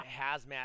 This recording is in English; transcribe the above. hazmat